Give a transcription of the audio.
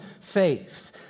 faith